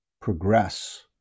progress